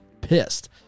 pissed